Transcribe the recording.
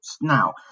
Now